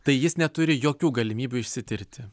tai jis neturi jokių galimybių išsitirti